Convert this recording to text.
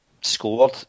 scored